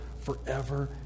forever